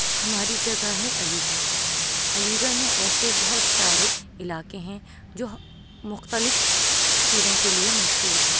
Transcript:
ہماری جگہ ہے علی گڑھ علی گڑھ میں ایسے بہت سارے علاقے ہیں جو مختلف چیزوں کے لیے مشہور ہیں